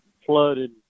flooded